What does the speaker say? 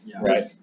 Right